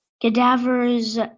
Cadavers